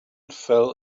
fell